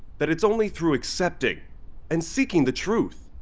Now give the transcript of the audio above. that it's only through accepting and seeking the truth,